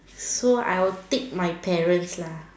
so I will tick my parents lah